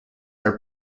are